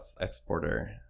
Exporter